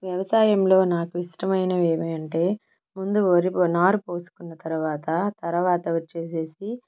వ్యవసాయంలో నాకు ఇష్టమైనవి ఏవి అంటే ముందు వరి పో నారు పోసుకున్న తరువాత తరువాత వచ్చేసి